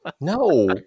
No